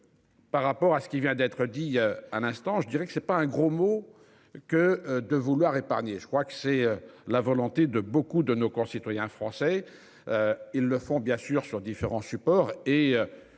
Par rapport à ce qui vient d'être dit. Un instant je dirais que c'est pas un gros mot que de vouloir épargner. Je crois que c'est la volonté de beaucoup de nos concitoyens français. Ils le font bien sûr sur différents supports